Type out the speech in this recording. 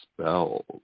spells